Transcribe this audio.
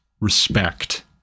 respect